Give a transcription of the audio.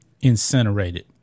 incinerated